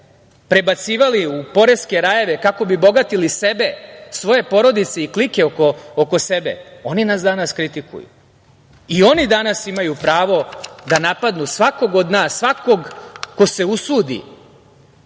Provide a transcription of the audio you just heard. prebacivali u poreske rajeve kako bi bogatili sebe, svoje porodice i klike oko sebe, oni nas danas kritikuju i oni danas imaju pravo da napadnu svakog od nas, svakog ko se usudi